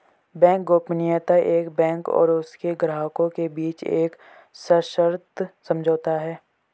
bank गोपनीयता एक bank और उसके ग्राहकों के बीच एक सशर्त समझौता है